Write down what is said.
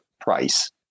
price